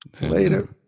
later